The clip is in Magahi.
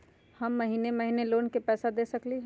हम महिने महिने लोन के पैसा दे सकली ह?